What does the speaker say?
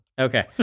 Okay